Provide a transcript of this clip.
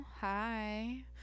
Hi